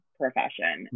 profession